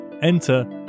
Enter